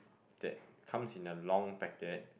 that comes in a long packet